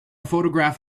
photograph